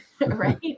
right